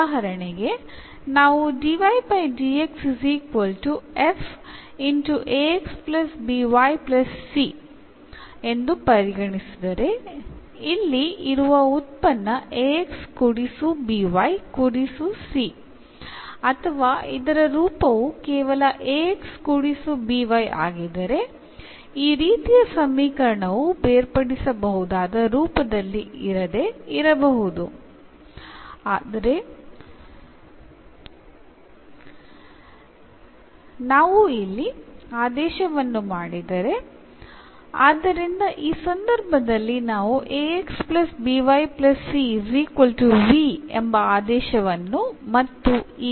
ഉദാഹരണത്തിന് എന്ന സമവാക്യം അല്ലെങ്കിൽ എന്ന് പരിഗണിക്കുകയാണെങ്കിൽ നമുക്ക് ഇവിടെ ഈ ഫോം അല്ലെങ്കിൽ വെറും ഫോം എന്നിവയിൽ അല്ലെങ്കിൽ എന്നീ സബ്സ്റ്റിറ്റ്യൂഷൻസ് ഉപയോഗിച്ച് കൊണ്ട് ഇവയെ മാറ്റി എഴുതാം